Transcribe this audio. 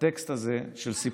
הטקסט הזה של,